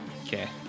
Okay